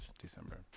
December